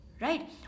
right